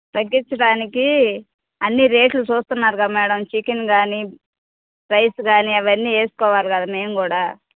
తగ్గించడానికి అన్ని రేట్లు చూస్తన్నారుగా మ్యాడమ్ చికెన్ కానీ రైస్ కానీ అవన్నీ వేసుకోవాలి కదా మేము కూడా